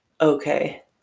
Okay